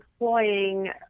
employing